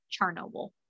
Chernobyl